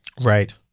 Right